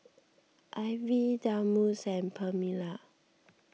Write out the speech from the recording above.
Ivie Delmus and Permelia